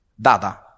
data